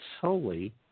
solely